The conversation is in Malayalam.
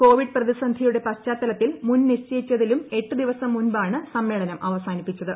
കോവിഡ് പ്രതിസന്ധിയുടെ പശ്ചാത്തലത്തിൽ മുൻനിശ്ചയിച്ചതിലും എട്ട് ദിവസം മുമ്പാണ് സമ്മേളനം അവസാനിപ്പിച്ചത്